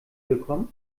bekommen